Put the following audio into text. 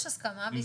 יש הסכמה.